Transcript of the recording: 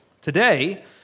Today